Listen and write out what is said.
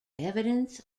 evidence